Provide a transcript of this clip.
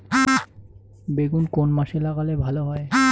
বেগুন কোন মাসে লাগালে ভালো হয়?